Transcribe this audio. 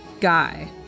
guy